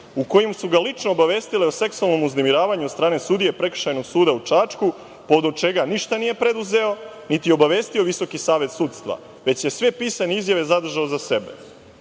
u kojoj su ga lično obavestile o seksualnom uznemiravanju od strane sudije Prekršajnog suda u Čačku, povodom čega ništa nije preduzeo, niti obavestio Visoki savet sudstva, već je sve pisane izjave zadržao za sebe. Posle